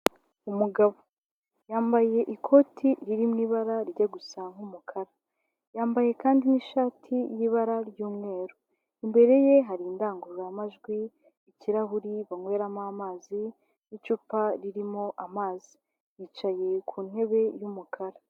Umugabo yambaye ikoti riririmo ibara ryo gu gusa nk'umukara, yambaye kandi n'ishati y'ibara ry'umweru imbere ye hari indangururamajwi, ikirahuri banyweramo amazi n'icupa ririmo amazi yicaye ku ntebe' yumukara.